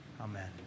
Amen